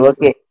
Okay